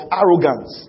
arrogance